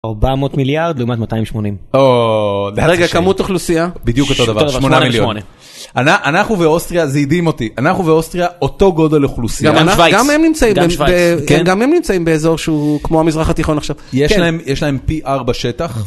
– 400 מיליארד לעומת 280. –אוווו, רגע, כמות אוכלוסייה? בדיוק אותו דבר 8 מיליון. אנחנו ואוסטריה, זה הדהים אותי, אנחנו ואוסטריה אותו גודל אוכלוסייה. –וגם שווייץ. ‫גם הם נמצאים באזור שהוא כמו המזרח התיכון עכשיו. ‫יש להם פי 4 שטח.